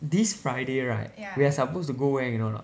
this friday right we're supposed to go where you know or not